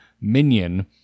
minion